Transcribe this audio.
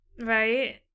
Right